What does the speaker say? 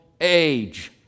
age